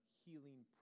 healing